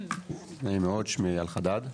נעים מאוד, שמי אייל חדד.